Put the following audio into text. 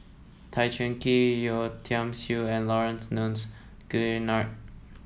Tan Cheng Kee Yeo Tiam Siew and Laurence Nunns Guillemard